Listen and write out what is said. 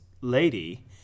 lady